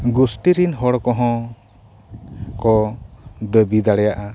ᱜᱩᱥᱴᱤ ᱨᱮᱱ ᱦᱚᱲ ᱠᱚ ᱦᱚᱸ ᱠᱚ ᱫᱟᱹᱵᱤ ᱫᱟᱲᱮᱭᱟᱜᱼᱟ